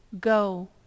go